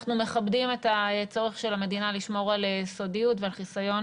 אנחנו מכבדים את הצורך של המדינה לשמור על סודיות והחיסיון